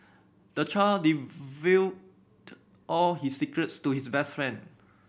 the child all his secrets to his best friend